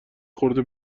خورده